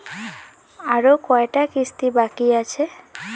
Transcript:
আরো কয়টা কিস্তি বাকি আছে?